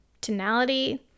tonality